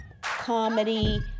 Comedy